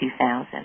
2000